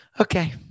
Okay